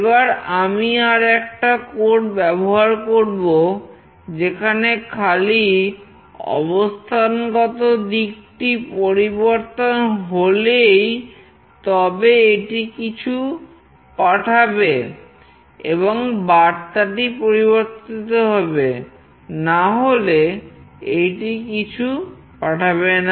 এবার আমি আর একটা কোড ব্যবহার করব যেখানে খালি অবস্থানগত দিকটি পরিবর্তন হলেই তবে এটি কিছু পাঠাবে এবং বার্তাটি পরিবর্তিত হবে না হলে এটি কিছু পাঠাবে না